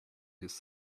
his